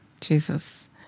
Jesus